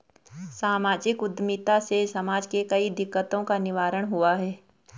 सामाजिक उद्यमिता से समाज के कई दिकक्तों का निवारण हुआ है